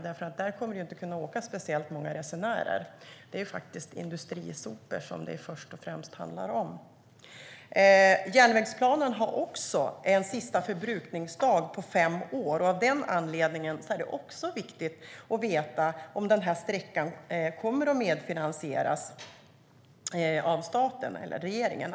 Där kommer det ju inte att kunna åka speciellt många resenärer, för det är industrisopor som det handlar om först och främst. Järnvägsplanen har också en sista förbrukningsdag, om fem år. Även av den anledningen är det viktigt att veta om den här sträckan kommer att medfinansieras av staten eller regeringen.